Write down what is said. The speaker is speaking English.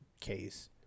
case